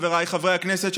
חבריי חברי הכנסת,